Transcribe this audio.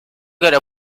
göre